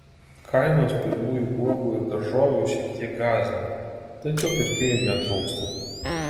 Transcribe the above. kainos pirmųjų uogų ir daržovių šiek tiek gąsdina tačiau pirkėjų netrūksta